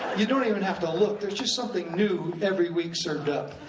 you don't even have to look, there's just something new every week, served up.